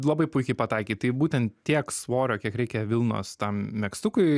labai puikiai pataikei tai būtent tiek svorio kiek reikia vilnos tam megztukui